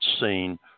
seen